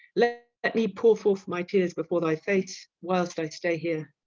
let let me powre forth my teares before thy face, whil'st i stay here,